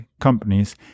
companies